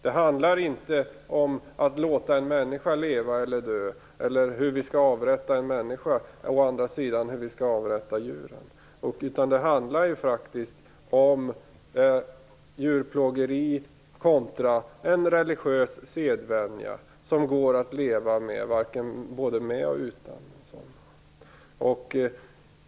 Det handlar inte om att låta en människa leva eller dö eller hur vi skall avrätta en människa eller hur vi å andra sidan skall avrätta djuren, utan det handlar om djurplågeri kontra en religiös sedvänja som det går att leva både med och utan.